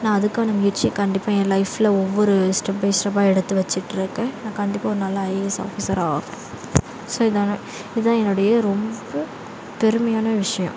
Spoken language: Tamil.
நான் அதுக்கான முயற்சியை கண்டிப்பாக என் லைஃப்பில் ஒவ்வொரு ஸ்டெப் பை ஸ்டெப்பாக எடுத்து வெச்சிட்டிருக்கேன் நான் கண்டிப்பாக ஒரு நாள் ஐஏஎஸ் ஆஃபிஸராக ஆவே ஸோ இதுதான் இதுதான் என்னுடைய ரொம்ப பெருமையான விஷியம்